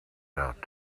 out